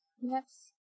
Yes